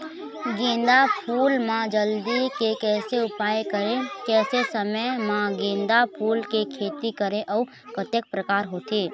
गेंदा फूल मा जल्दी के कैसे उपाय करें कैसे समय मा गेंदा फूल के खेती करें अउ कतेक प्रकार होथे?